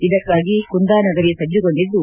ಇದಕ್ಕಾಗಿ ಕುಂದಾನಗರಿ ಸಜ್ಜುಗೊಂಡಿದ್ದು